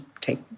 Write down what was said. take